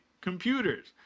computers